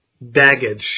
baggage